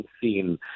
seen